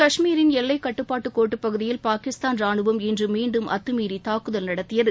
கஷ்மீரின் எல்லைக் கட்டுப்பாட்டுக் கோட்டுப் பகுதியில் பாகிஸ்தான் ராணுவம் இன்று மீண்டும் அத்துமீறி தாக்குதில் நடத்தியது